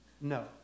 No